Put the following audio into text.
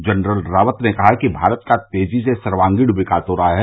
general Rawat ने कहा कि भारत का तेजी से सर्वांगीण विकास हो रहा है